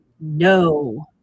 No